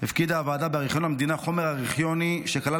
הפקידה הוועדה בארכיון המדינה חומר ארכיוני שכלל